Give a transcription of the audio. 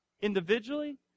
individually